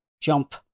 jump